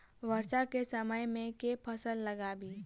वर्षा केँ समय मे केँ फसल लगाबी?